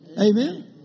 Amen